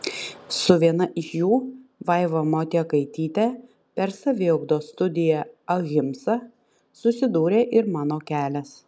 su viena iš jų vaiva motiekaityte per saviugdos studiją ahimsa susidūrė ir mano kelias